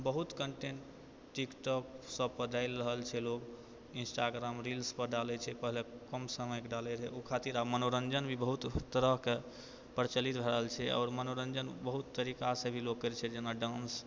बहुत content TikTok सबपर डालि रहल छै लोक इन्स्टाग्राम रील्सपर डालै छै पहले कम समयके डालै रहै ओहि खातिर आब मनोरञ्जन भी बहुत तरहके प्रचिलत भए रहल छै आओर मनोरञ्जन बहुत तरिकासँ भी लोक करै छै जेना डान्स